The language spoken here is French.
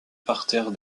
parterre